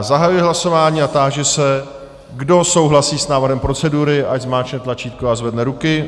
Zahajuji hlasování a táži se, kdo souhlasí s návrhem procedury, ať zmáčkne tlačítko a zvedne ruky.